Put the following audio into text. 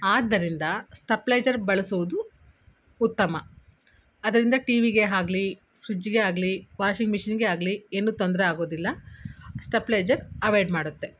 ಆದ್ದರಿಂದ ಸ್ಟೇಪ್ಲೈಜರ್ ಬಳಸುವುದು ಉತ್ತಮ ಅದರಿಂದ ಟಿವಿಗೆ ಆಗಲಿ ಫ್ರಿಡ್ಜ್ಗೆ ಆಗಲಿ ವಾಷಿಂಗ್ ಮೆಷೀನಿಗೆ ಆಗಲಿ ಏನೂ ತೊಂದರೆ ಆಗೋದಿಲ್ಲ ಸ್ಟೇಪ್ಲೈಜರ್ ಅವಾಯ್ಡ್ ಮಾಡುತ್ತೆ